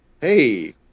hey